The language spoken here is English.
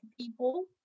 people